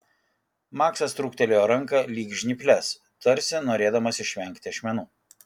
maksas trūktelėjo ranką lyg žnyples tarsi norėdamas išvengti ašmenų